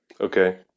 Okay